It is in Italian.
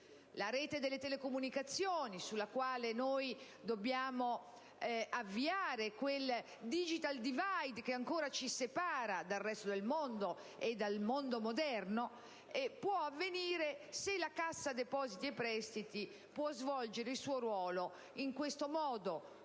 la rete delle telecomunicazioni, sulla quale dobbiamo colmare quel *digital divide* che ancora ci separa dal resto del mondo moderno. Ciò può avvenire se la Cassa depositi e prestiti può svolgere il suo ruolo nel modo